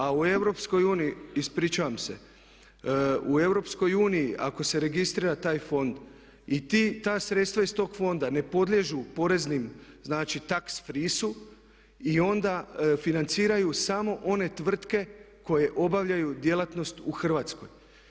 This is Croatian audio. A u Europskoj uniji, ispričavam se, u EU ako se registrira taj fond i ta sredstva iz tog fonda ne podliježu poreznim, znači tax free-u i onda financiraju samo one tvrtke koje obavljaju djelatnost u Hrvatskoj.